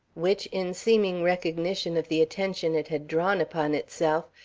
which, in seeming recognition of the attention it had drawn upon itself,